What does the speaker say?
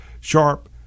Sharp